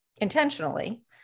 intentionally